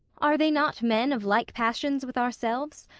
are they not men of like passions with ourselves,